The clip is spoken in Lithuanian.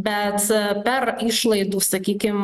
bet per išlaidų sakykim